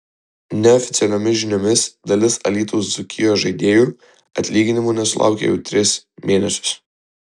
neoficialiomis žiniomis dalis alytaus dzūkijos žaidėjų atlyginimų nesulaukia jau tris mėnesius